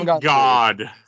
God